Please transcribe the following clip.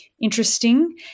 interesting